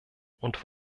und